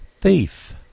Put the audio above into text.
thief